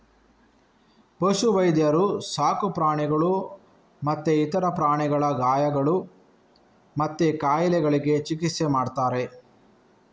ಪಶು ವೈದ್ಯರು ಸಾಕು ಪ್ರಾಣಿಗಳು ಮತ್ತೆ ಇತರ ಪ್ರಾಣಿಗಳ ಗಾಯಗಳು ಮತ್ತೆ ಕಾಯಿಲೆಗಳಿಗೆ ಚಿಕಿತ್ಸೆ ಮಾಡ್ತಾರೆ